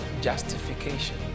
justification